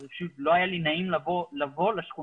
אז פשוט לא היה לי נעים לבוא לשכונה.